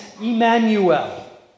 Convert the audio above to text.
Emmanuel